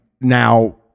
now